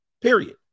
period